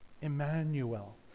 Emmanuel